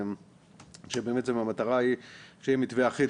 כשבעצם המטרה היא שיהיה מתווה אחיד.